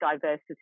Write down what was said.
diversity